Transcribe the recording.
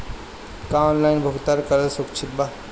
का ऑनलाइन भुगतान करल सुरक्षित बा?